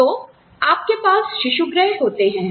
तो आपके पास शिशु गृह होते हैं